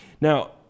Now